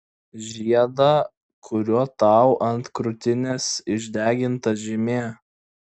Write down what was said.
žiedą kuriuo tau ant krūtinės išdeginta žymė